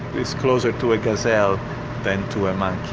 it's closer to a gazelle than to a monkey.